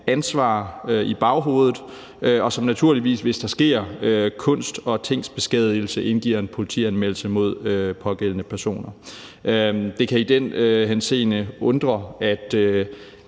ansvar i baghovedet, og som naturligvis, hvis der sker kunst- og tingsbeskadigelse, indgiver en politianmeldelse mod pågældende personer. Det kan i den henseende undre, at